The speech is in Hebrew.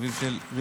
אביו של ריף,